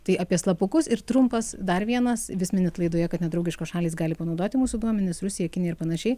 tai apie slapukus ir trumpas dar vienas vis minit laidoje kad nedraugiškos šalys gali panaudoti mūsų duomenis rusija kinija ir panašiai